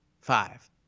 five